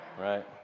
right